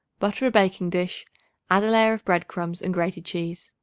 butter a baking-dish add a layer of bread-crumbs and grated cheese.